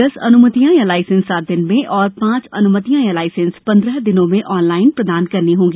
दस अनुमतियां या लायसेंस सात दिन में और पांच अनुमतियां या लायसेंस पेंद्रह दिनों में ऑनलाइन प्रदान करना होंगी